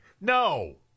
No